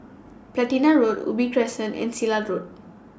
Platina Road Ubi Crescent and Silat Road